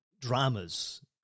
dramas